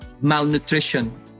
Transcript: malnutrition